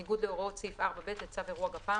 בניגוד להוראות סעיף 4(ב) לצו אירוע גפ"מ,